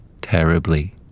terribly